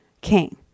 King